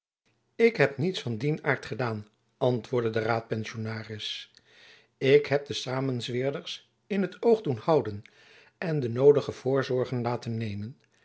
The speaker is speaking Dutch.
ik heb niets van dien aart gedaan antwoordde de raadpensionaris ik heb de samensweerders in t oog doen houden en de noodige voorzorgen laten nemen